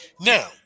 Now